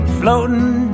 floating